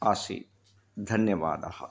आसीत् धन्यवादः